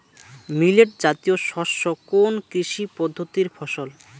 Millet জাতীয় শস্য কোন কৃষি পদ্ধতির ফসল?